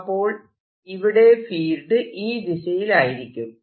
അപ്പോൾ ഇവിടെ ഫീൽഡ് ഈ ദിശയിലായിരിക്കും